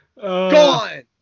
Gone